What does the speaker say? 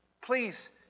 Please